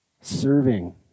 serving